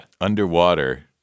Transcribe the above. Underwater